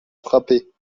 frappés